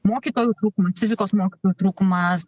mokytojų trūkumas fizikos mokytojų trūkumas